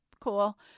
cool